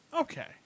Okay